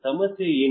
ಸಮಸ್ಯೆ ಏನು